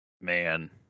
man